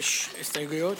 ללא הסתייגויות.